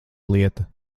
lieta